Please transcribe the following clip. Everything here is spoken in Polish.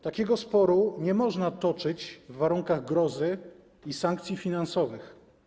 Takiego sporu nie można toczyć w warunkach grozy i sankcji finansowych.